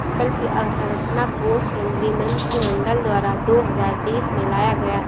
कृषि अंवसरचना कोश केंद्रीय मंत्रिमंडल द्वारा दो हजार बीस में लाया गया